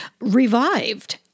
revived